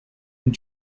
and